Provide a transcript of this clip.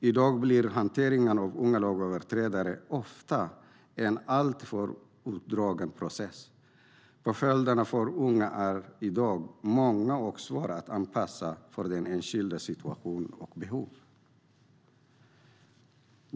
I dag är hanteringen av unga lagöverträdare ofta en alltför utdragen process. Påföljderna för unga är i dag många och svåra att anpassa för den enskildes situation och behov.